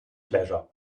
pleasure